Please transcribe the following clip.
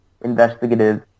investigative